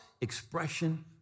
expression